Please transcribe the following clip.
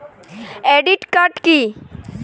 Credit card key?